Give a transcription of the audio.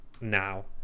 now